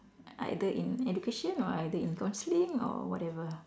either in education or either in counselling or whatever